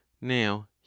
now